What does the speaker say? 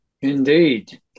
Indeed